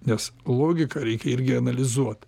nes logiką reikia irgi analizuot